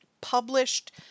published